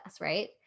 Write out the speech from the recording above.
Right